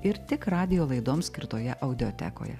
ir tik radijo laidoms skirtoje audiotekose